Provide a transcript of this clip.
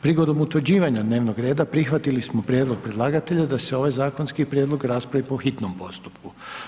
Prigodom utvrđivanja dnevnog reda prihvatili smo prijedlog predlagatelja da se ovaj zakonski prijedlog raspravi po hitnom postupku.